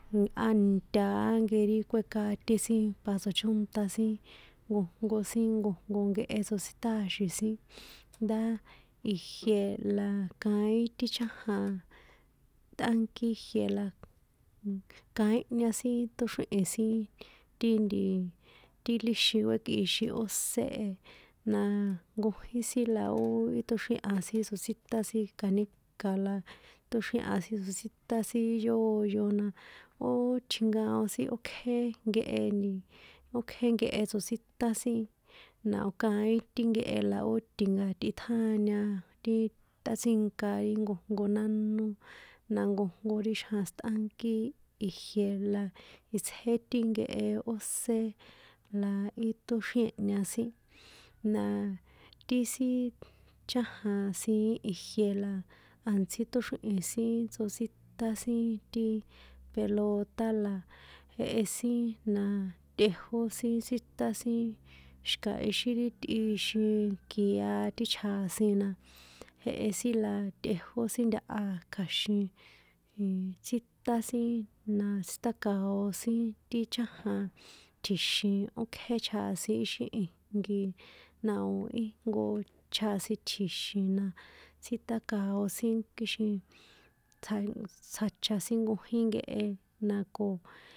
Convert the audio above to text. Á nta á nkeri kuékaté sin para tsochónṭa sin nkojnko sin nkojnko nkehe tsotsíṭàaxin sin, ndá ijie la kaín ti chájan, ṭꞌánkí jie la, kaínhña sin tóxríhin sin ti ntiiii, ti líxin kuekꞌixin ósé e, na nkojín sin la ó ṭóxriéha sin tsótsíṭán sin canica la, tóxriéha sin tsotsíṭán sin yóyo na ó chjinkaon sin ókjé nkehe ntii, ókjé nkehe tsotsíṭán sin, na ó kaín ti nkehe la ó tinkatꞌiṭjáña ti, tꞌátsínka ri nkojnko nánó na nkojnko ri xjan sítꞌánkí ijie la itsjé ti nkehe ó ósé la í ṭóxriènhña sin, na ti sin, chájan siín ijie la a̱ntsí ṭꞌóxríhi̱n sin tsotsíṭán sin ti pelota la jehe sin na tꞌejó sin tsíṭán sin xi̱ka íxi ri tꞌixin kia ti chjasin na, jehe la tꞌejó sin ntaha kja̱xin, nn tsíṭán sin na tsiṭáka̱o sin ti chájan tji̱xin ókjé chjasin ixi ijnki, na o̱ íjnko chjasin tji̱xi̱n na, tsjíṭáka̱o sin kixin tsjan tsjacha sin nkojín nkehe na ko.